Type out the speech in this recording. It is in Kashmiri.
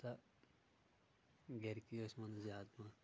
البتہ گرِکی ٲسۍ ونان زیادٕ پہم